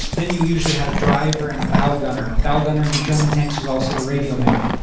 then you usually had a driver and a bow gunner. bow gunner in the german tanks was also the radio man.